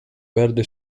verde